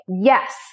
yes